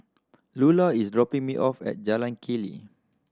Lula is dropping me off at Jalan Keli